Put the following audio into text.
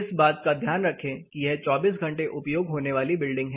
इस बात का ध्यान रखें कि यह 24 घंटे उपयोग होने वाली बिल्डिंग है